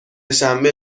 شنبه